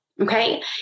okay